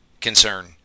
concern